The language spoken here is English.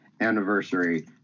anniversary